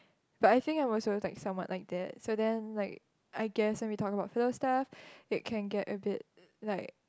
but I think I will solute that someone like that so then like I guess we talk about close stuff that can get a bit like